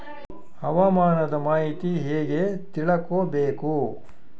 ಹವಾಮಾನದ ಮಾಹಿತಿ ಹೇಗೆ ತಿಳಕೊಬೇಕು?